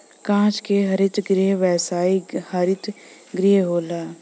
कांच के हरित गृह व्यावसायिक हरित गृह होला